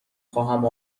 خواهم